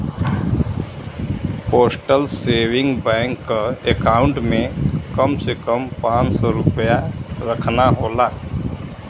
postal saving bank क account में कम से कम पांच सौ रूपया रखना होला